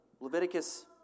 Leviticus